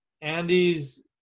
Andy's